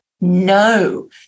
No